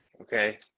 Okay